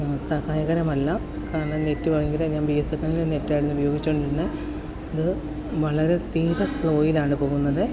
സഹായകരമല്ല കാരണം നെറ്റ് ഭയങ്കര ഞാൻ ബി എസ് എൻ എൽൻ്റെ നെറ്റ് ആണ് ഉപയോഗിച്ചുകൊണ്ടിരുന്നത് അത് വളരെ തീരെ സ്ലോയിലാണ് പോകുന്നത്